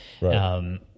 Right